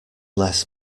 less